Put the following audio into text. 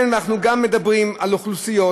כן, אנחנו מדברים גם על אוכלוסיות